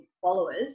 followers